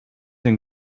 and